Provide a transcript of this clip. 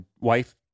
wife